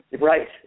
Right